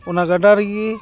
ᱚᱱᱟ ᱜᱟᱰᱟ ᱨᱮᱜᱮ